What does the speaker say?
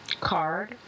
card